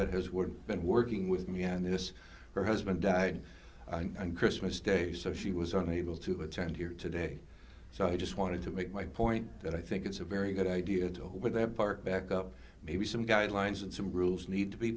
that has word been working with me on this her husband died and christmas day so she was unable to attend here today so i just wanted to make my point that i think it's a very good idea too with that part backup maybe some guidelines and some rules need to be